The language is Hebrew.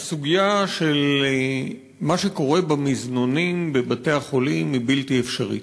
הסוגיה של מה שקורה במזנונים בבתי-החולים היא בלתי אפשרית.